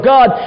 God